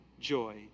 joy